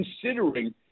considering